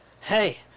hey